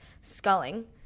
sculling